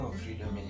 freedom